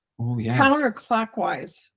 counterclockwise